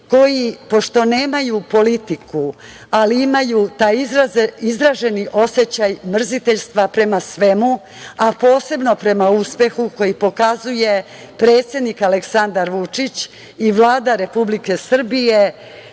koji pošto nemaju politiku, ali imaju taj izraženi osećaj mrziteljstva prema svemu, a posebno prema uspehu koji pokazuje predsednik Aleksandar Vučić i Vlada Republike Srbije